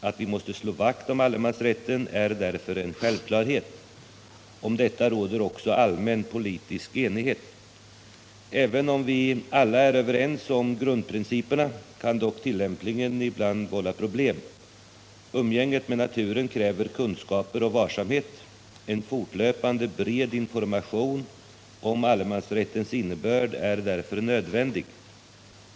Att vi måste slå vakt om allemansrätten är därför en självklarhet. Om detta råder också allmän politisk enighet. Fastän vi alla är överens om grundprinciperna kan tillämpningen ibland vålla problem. Umgänget med naturen kräver kunskaper och varsamhet. En fortlöpande bred information om allemansrättens innebörd är därför nödvändig.